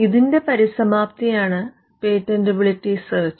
ഇതിന്റെ പരിസമാപ്തിയാണ് patentability search